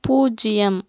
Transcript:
பூஜ்ஜியம்